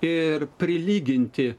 ir prilyginti